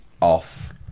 off